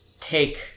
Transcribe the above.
take